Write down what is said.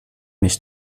mich